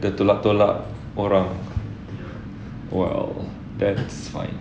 dia tolak-tolak orang !wow! that's fine